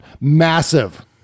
Massive